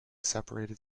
separated